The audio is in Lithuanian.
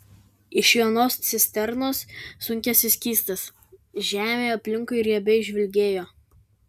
iš vienos cisternos sunkėsi skystis žemė aplinkui riebiai žvilgėjo